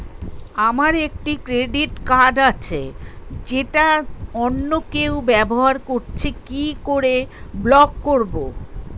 আমার একটি credit card আছে যেটা অন্য কেউ ব্যবহার করছে কি করে ব্লক করবো?